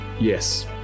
Yes